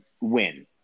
win